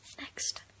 next